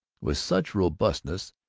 with such robustness,